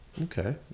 Okay